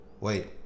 Wait